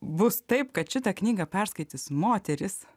bus taip kad šitą knygą perskaitys moterys